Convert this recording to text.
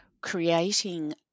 creating